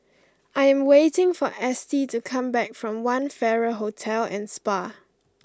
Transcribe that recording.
I am waiting for Estie to come back from One Farrer Hotel and Spa